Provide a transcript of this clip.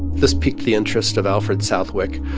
this piqued the interest of alfred southwick,